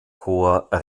corps